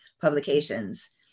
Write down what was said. publications